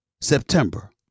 September